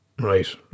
right